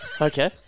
Okay